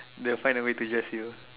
they will find a way to dress you